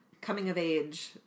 coming-of-age